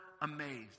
amazed